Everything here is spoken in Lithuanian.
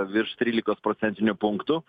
virš trylikos procentinių punktų